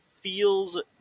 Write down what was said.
feels